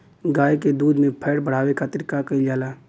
गाय के दूध में फैट बढ़ावे खातिर का कइल जाला?